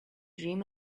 dream